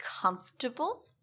comfortable